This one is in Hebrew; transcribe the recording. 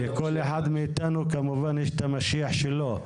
לכל אחד מאיתנו כמובן יש את המשיח שלו.